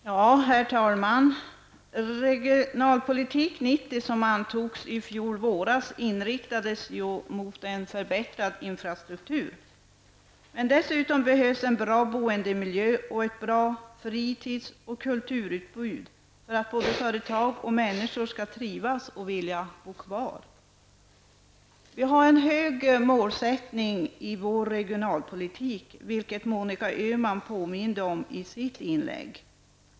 Herr talman! Propositionen Regionalpolitik för 90 talet, som antogs i fjol våras, inriktades ju mot en förbättring av infrastrukturen. Men dessutom behövs en bra boendemiljö och ett bra fritids och kulturutbud för att både företag och människor skall trivas och vilja stanna kvar. Vi har ett högt ställt mål i vår regionalpolitik, vilket Monica Öhman påminde om i sitt anförande.